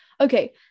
Okay